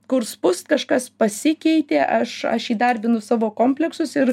kur spust kažkas pasikeitė aš aš įdarbinu savo kompleksus ir